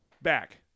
back